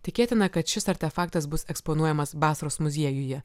tikėtina kad šis artefaktas bus eksponuojamas basros muziejuje